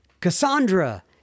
Cassandra